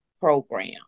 program